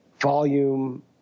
volume